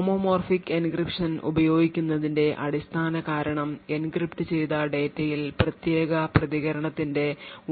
homomorphic encryption ഉപയോഗിക്കുന്നതിന്റെ അടിസ്ഥാന കാരണം എൻക്രിപ്റ്റ് ചെയ്ത ഡാറ്റയിൽ പ്രത്യേക പ്രതികരണത്തിന്റെ